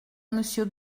monsieur